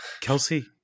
kelsey